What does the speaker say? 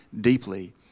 deeply